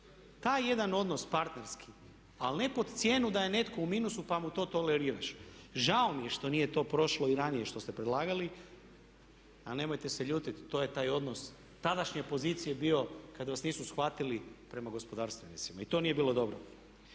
taj jedan odnos partnerski, ali ne pod cijenu da je netko u minusu pa mu to toleriraš. Žao mi je što nije to prošlo i ranije što ste predlagali, ali nemojte se ljutiti to je taj odnos tadašnje pozicije bio kad vas nisu shvatili prema gospodarstvenicima i to nije bilo dobro.